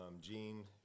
Gene